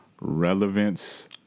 relevance